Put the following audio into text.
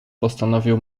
postanowił